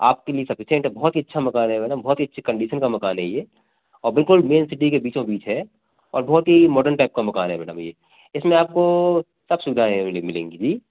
आपके लिए सफीशिएन्ट है बहुत ही अच्छा मकान है मैडम बहुत ही अच्छी कंडीशन का मकान है ये और बिल्कुल मेन सिटी के बीचो बीच है और बहुत ही मॉडर्न टाइप का मकान है मैडम ये इसमें आपको सब सुविधाएँ मिले मिलेंगी जी